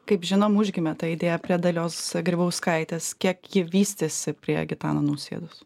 kaip žinom užgimė ta idėja prie dalios grybauskaitės kiek ji vystėsi prie gitano nausėdos